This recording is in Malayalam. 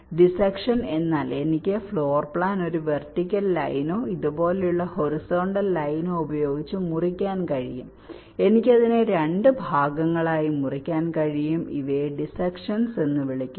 ഡിസക്ഷൻ എന്നാൽ എനിക്ക് ഫ്ലോർ പ്ലാൻ ഒരു വെർട്ടിക്കൽ ലൈനോ ഇതുപോലുള്ള ഒരു ഹൊറിസോണ്ടൽ ലൈനോ ഉപയോഗിച്ച് മുറിക്കാൻ കഴിയും എനിക്ക് അതിനെ 2 ഭാഗങ്ങളായി മുറിക്കാൻ കഴിയും ഇവയെ ഡിസക്ഷൻസ് എന്ന് വിളിക്കുന്നു